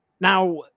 Now